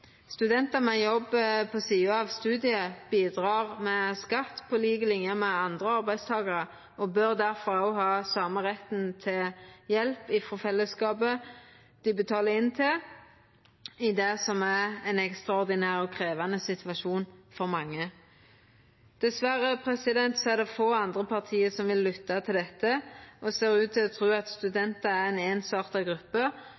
Studentar med jobb ved sidan av studiet bidreg med skatt på lik line med andre arbeidstakarar, og dei bør difor òg ha same retten til hjelp frå fellesskapet dei betalar inn til i det som er ein ekstraordinær og krevjande situasjon for mange. Dessverre er det få andre parti som vil lytta til dette og ser ut til å tru at studentar er ei einsarta gruppe